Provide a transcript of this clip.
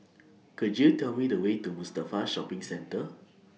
Could YOU Tell Me The Way to Mustafa Shopping Center